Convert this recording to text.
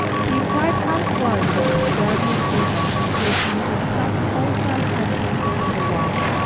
he inquired how it was that the scurvy and fever should have committed such wholesale havoc upon the whites,